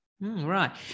Right